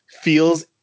feels